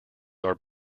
are